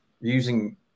using